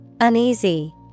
Uneasy